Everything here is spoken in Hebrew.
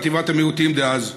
חטיבת המיעוטים דאז.